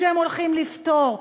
שהם הולכים לפתור,